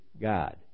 God